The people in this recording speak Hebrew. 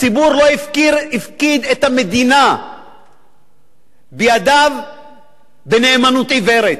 הציבור לא הפקיד את המדינה בידיו בנאמנות עיוורת,